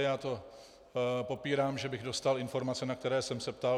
Já to popírám, že bych dostal informace, na které jsem se ptal.